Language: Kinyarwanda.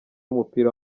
w’umupira